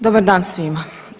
Dobar dan svima.